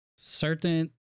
Certain